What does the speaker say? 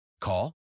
Call